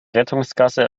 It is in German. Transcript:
rettungsgasse